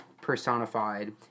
personified